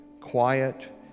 quiet